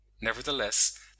Nevertheless